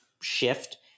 shift